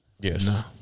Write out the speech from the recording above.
Yes